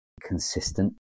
consistent